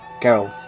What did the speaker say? Carol